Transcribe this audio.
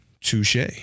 Touche